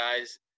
guys